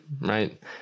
right